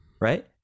right